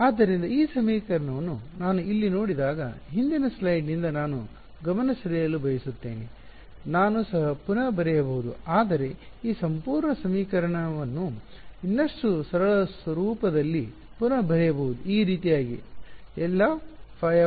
ಆದ್ದರಿಂದ ಈ ಸಮೀಕರಣವನ್ನು ನಾನು ಇಲ್ಲಿ ನೋಡಿದಾಗ ಹಿಂದಿನ ಸ್ಲೈಡ್ನಿಂದ ನಾನು ಗಮನಸೆಳೆಯಲು ಬಯಸುತ್ತೇನೆ ನಾನು ಸಹ ಪುನಃ ಬರೆಯಬಹುದು ಅಂದರೆ ಈ ಸಂಪೂರ್ಣ ಸಮೀಕರಣವನ್ನು ಇನ್ನಷ್ಟು ಸರಳ ಸ್ವರೂಪದಲ್ಲಿ ಪುನಃ ಬರೆಯಬಹುದು ಈ ರೀತಿಯಾಗಿ Lϕ|rrm f